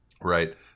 Right